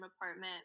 apartment